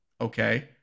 okay